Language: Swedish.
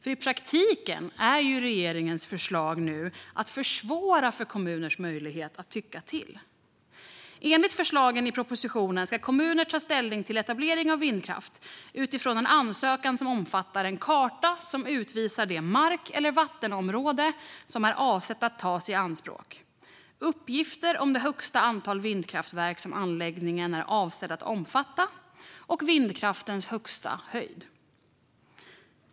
I praktiken innebär ju regeringens förslag nu att man försvårar kommuners möjlighet att tycka till. Enligt förslagen i propositionen ska kommuner ta ställning till etablering av vindkraft utifrån en ansökan som omfattar en karta som utvisar det mark eller vattenområde som är avsett att tas i anspråk, uppgifter om det största antal vindkraftverk som anläggningen är avsedd att omfatta och vindkraftverkens högsta höjd.